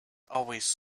always